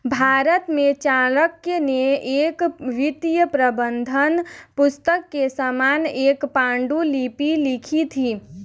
भारत में चाणक्य ने एक वित्तीय प्रबंधन पुस्तक के समान एक पांडुलिपि लिखी थी